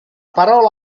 parola